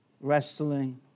wrestling